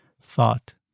thought